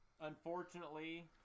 unfortunately